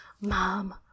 Mom